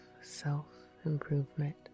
self-improvement